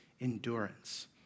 endurance